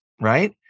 right